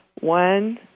One